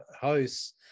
house